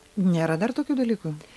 nėra dar tokių dalykų